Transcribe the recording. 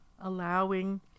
allowing